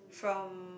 from